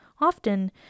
Often